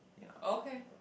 okay